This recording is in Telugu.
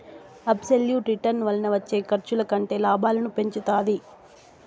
అబ్సెల్యుట్ రిటర్న్ వలన వచ్చే ఖర్చుల కంటే లాభాలను పెంచుతాది